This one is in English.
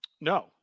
No